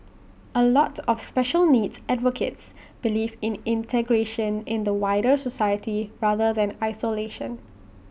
A lot of special needs advocates believe in integration in the wider society rather than isolation